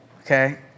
okay